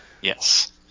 Yes